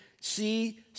see